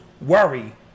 worry